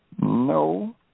no